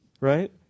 right